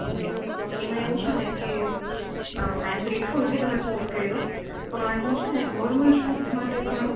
ઓ એમા એવું છેને કે આઇમ ગ્રેટ ફૂલ કે તમે ફોન કેરયો પણ હું છેને નોર્મલ સૂટ માટે પણ